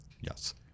Yes